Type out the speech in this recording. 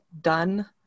done